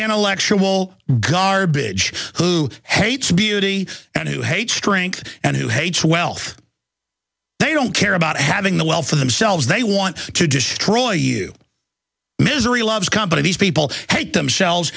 intellectual garbage who hates beauty and who hates strength and who hates wealth they don't care about having the well for themselves they want to destroy you misery loves company these people hate themselves